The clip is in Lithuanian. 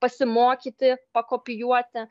pasimokyti pakopijuoti